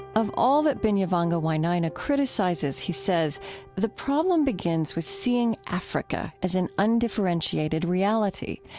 of all that binyavanga wainaina criticizes, he says the problem begins with seeing africa as an undifferentiated reality,